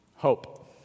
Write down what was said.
Hope